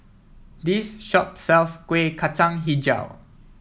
this shop sells Kuih Kacang hijau